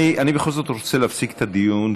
אני בכל זאת רוצה להפסיק את הדיון.